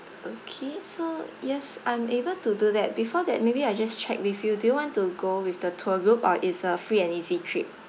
okay so yes I'm able to do that before that maybe I just check with you do you want to go with the tour group or it's a free and easy trip